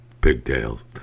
pigtails